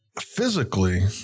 physically